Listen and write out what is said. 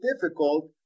difficult